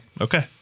Okay